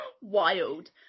wild